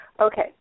Okay